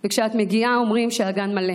וכשאת מגיעה אומרים שהגן מלא.